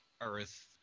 earth